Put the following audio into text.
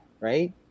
right